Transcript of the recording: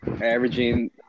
averaging